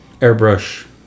airbrush